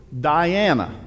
Diana